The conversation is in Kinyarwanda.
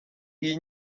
iyi